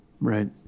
Right